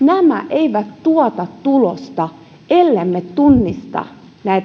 eivät tuota tulosta ellemme tunnista